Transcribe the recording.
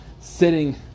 sitting